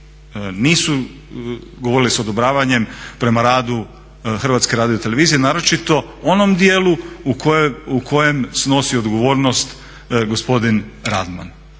nisu govorili s odobravanjem prema radu HRT-a, naročito onom dijelu u kojem snosi odgovornost gospodin Radman.